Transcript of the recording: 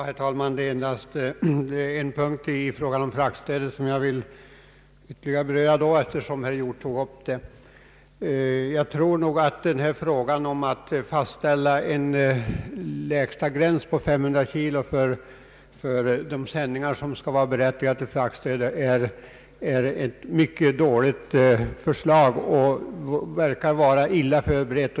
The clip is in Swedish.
Herr talman! Det är endast en punkt i fråga om fraktstödet som jag vill ytterligare beröra, eftersom herr Hjorth tog upp frågan. Fastställandet av en lägsta gräns på 500 kg för de sändningar som skall vara berättigade till fraktstöd är ett mycket dåligt förslag sett ur mindre och medelstora företags synvinkel och det verkar vara illa förberett.